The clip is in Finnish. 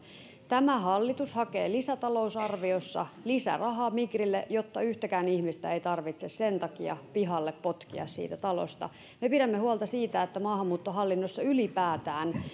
tämä hallitus hakee lisätalousarviossa lisärahaa migrille jotta yhtäkään ihmistä ei tarvitse sen takia pihalle potkia siitä talosta me pidämme huolta siitä että maahanmuuttohallinnossa ylipäätään